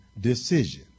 decision